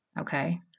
okay